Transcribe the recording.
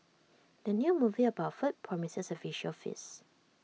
the new movie about food promises A visual feast